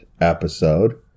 episode